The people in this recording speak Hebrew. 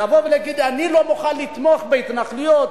לומר: אני לא מוכן לתמוך בהתנחלויות,